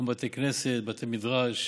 כמו בתי כנסת, בתי מדרש,